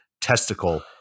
testicle